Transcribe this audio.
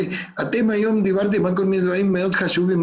אתם היום דיברתם על כל מיני דברים מאוד חשובים,